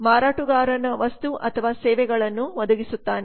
ಮಾರಾಟಗಾರನು ವಸ್ತು ಅಥವಾ ಸೇವೆಗಳನ್ನು ಒದಗಿಸುತ್ತಾನೆ